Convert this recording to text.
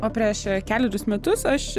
o prieš kelerius metus aš